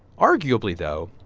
arguably, though,